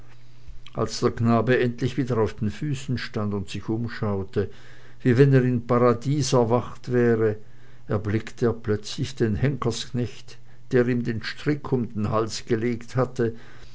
als der knabe endlich wieder auf den füßen stand und sich umschaute wie wenn er im paradies erwacht wäre erblickt er plötzlich den henkersknecht der ihm den strick umgelegt hatte